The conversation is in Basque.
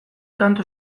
kantu